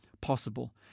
possible